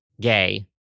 gay